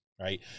right